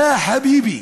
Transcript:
יא חביבי,